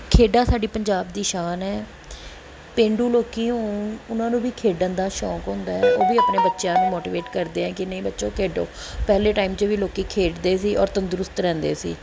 ਖੇਡਾਂ ਸਾਡੀ ਪੰਜਾਬ ਦੀ ਸ਼ਾਨ ਹੈ ਪੇਂਡੂ ਲੋਕ ਹੋਣ ਉਹਨਾਂ ਨੂੰ ਵੀ ਖੇਡਣ ਦਾ ਸ਼ੌਂਕ ਹੁੰਦਾ ਹੈ ਉਹ ਵੀ ਆਪਣੇ ਬੱਚਿਆਂ ਨੂੰ ਮੋਟੀਵੇਟ ਕਰਦੇ ਹਾਂ ਕਿ ਨਹੀਂ ਬੱਚਿਓ ਖੇਡੋ ਪਹਿਲੇ ਟਾਈਮ 'ਚ ਵੀ ਲੋਕ ਖੇਡਦੇ ਸੀ ਔਰ ਤੰਦਰੁਸਤ ਰਹਿੰਦੇ ਸੀ